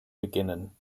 beginnen